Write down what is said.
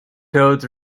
codes